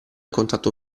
contatto